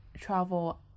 travel